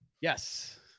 Yes